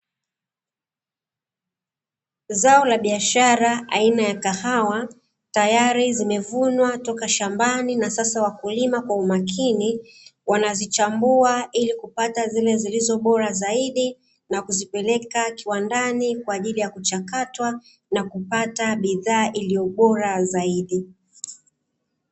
Zao la biashara aina ya kahawa, tayari zimevunwa toka shambani, na sasa wakulima kwa umakini wanazichambua ili kupata zile zilizo bora zaidi, na kuzipeleka kiwandani kwa ajili ya kuchakatwa na kupata bidhaa iliyo bora zaidi.